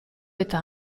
eta